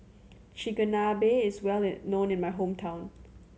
chigenabe is well known in my hometown